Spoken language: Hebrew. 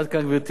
עד כאן, גברתי.